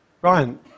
Brian